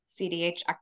CDH